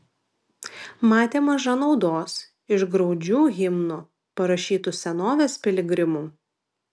matė maža naudos iš graudžių himnų parašytų senovės piligrimų